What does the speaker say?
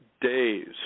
days